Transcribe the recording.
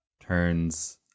turns